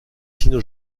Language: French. sino